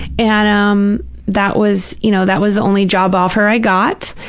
and um that was, you know, that was the only job offer i got,